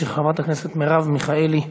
של חברת הכנסת מרב מיכאלי,